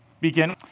begin